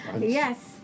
Yes